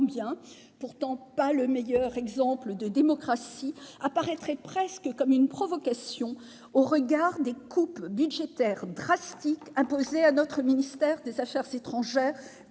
n'est pas le meilleur exemple de démocratie, apparaîtrait presque comme une provocation au regard des coupes budgétaires drastiques imposées à notre ministère des affaires étrangères